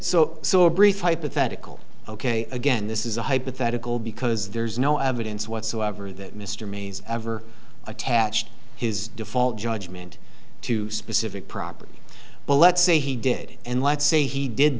so so a brief hypothetical ok again this is a hypothetical because there's no evidence whatsoever that mr mays ever attached his default judgment to specific property but let's say he did and let's say he did